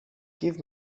give